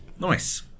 Nice